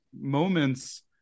moments